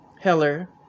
Heller